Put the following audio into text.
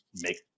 make